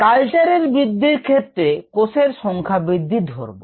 কালচারের বৃদ্ধির ক্ষেত্রে কোষের সংখ্যা বৃদ্ধি ধরব